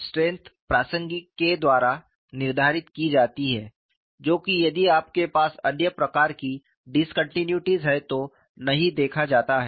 strength प्रासंगिक K द्वारा निर्धारित की जाती है जो कि यदि आपके पास अन्य प्रकार की डिसकॉन्टिनुइटीएस है तो नहीं देखा जाता है